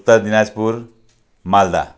Uttar Dinajpur Malda